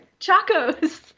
Chacos